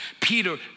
Peter